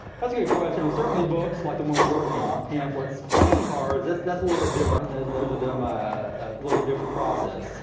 that's a good question. well, certainly books like the one we're working on, pamphlets. playing cards, that's that's a little bit different. those are done by a little bit different process